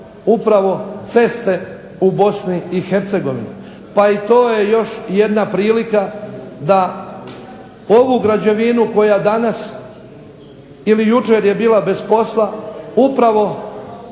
upravo ceste u Bosni i Hercegovini, pa i to je još jedna prilika da ovu građevinu koja danas ili jučer je bila bez posla upravo